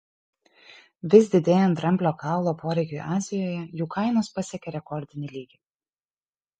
vis didėjant dramblio kaulo poreikiui azijoje jų kainos pasiekė rekordinį lygį